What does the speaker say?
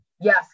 Yes